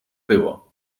było